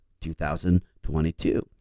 2022